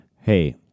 hey